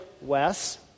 Wes